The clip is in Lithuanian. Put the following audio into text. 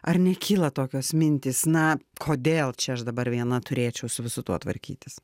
ar nekyla tokios mintys na kodėl čia aš dabar viena turėčiau su visu tuo tvarkytis